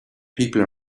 people